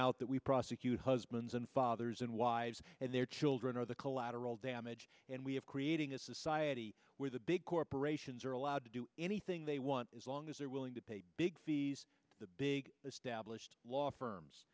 out that we prosecute husbands and fathers and wives and their children are the collateral damage and we have creating a society where the big corporations are allowed to do anything they want as long as they're willing to pay big fees the big established law firms